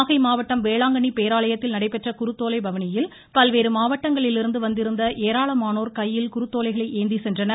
நாகை மாவட்டம் வேளாங்கண்ணி பேராலயத்தில் நடைபெற்ற குருத்தோலை பவனியில் பல்வேறு மாவட்டங்களிலிருந்து வந்திருந்த ஏராளமானோர் கையில் குருத்தோலைகளை ஏந்தி சென்றனர்